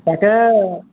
তাকে